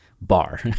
bar